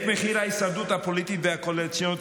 את מחיר ההישרדות הפוליטית והקואליציונית